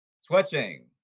Switching